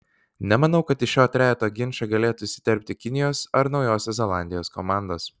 nemanau kad į šio trejeto ginčą galėtų įsiterpti kinijos ar naujosios zelandijos komandos